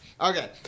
okay